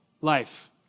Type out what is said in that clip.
life